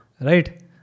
right